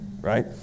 right